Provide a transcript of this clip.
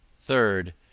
Third